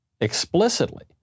explicitly